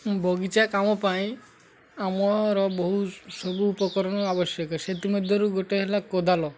ବଗିଚା କାମ ପାଇଁ ଆମର ବହୁ ସବୁ ଉପକରଣ ଆବଶ୍ୟକ ସେଥିମଧ୍ୟରୁ ଗୋଟେ ହେଲା କୋଦାଳ